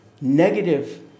negative